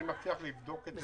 אני מבטיח לבדוק את זה,